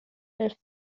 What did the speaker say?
elf